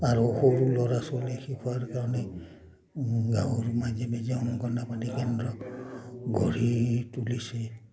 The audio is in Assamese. আৰু সৰু ল'ৰা ছোৱালী শিকোৱাৰ কাৰণে গাঁৱৰ মাজে মাজে অংগনাবাদী কেন্দ্ৰ গঢ়ি তুলিছে